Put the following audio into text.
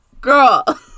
girl